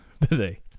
today